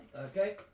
Okay